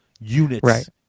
units